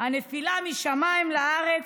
הנפילה משמיים לארץ,